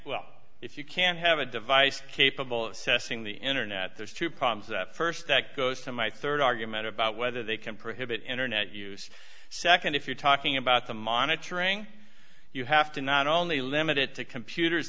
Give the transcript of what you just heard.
well if you can have a device capable of assessing the internet there's two problems at st that goes to my rd argument about whether they can prohibit internet use nd if you're talking about the monitoring you have to not only limit it to computers